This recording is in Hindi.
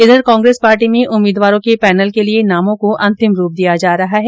इधर कांग्रेंस पार्टी में उम्मीदवारों के पैनल के लिये नामों को अंतिम रूप दिया जा रहा है